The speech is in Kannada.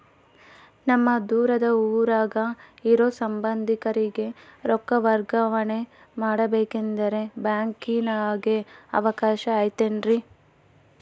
ನಮ್ಮ ದೂರದ ಊರಾಗ ಇರೋ ಸಂಬಂಧಿಕರಿಗೆ ರೊಕ್ಕ ವರ್ಗಾವಣೆ ಮಾಡಬೇಕೆಂದರೆ ಬ್ಯಾಂಕಿನಾಗೆ ಅವಕಾಶ ಐತೇನ್ರಿ?